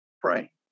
pray